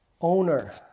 owner